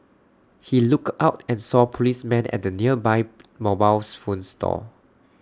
he looked out and saw policemen at the nearby mobile phone store